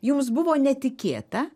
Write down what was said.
jums buvo netikėta